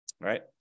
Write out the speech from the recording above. right